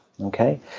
okay